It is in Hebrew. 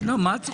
מה את צוחקת?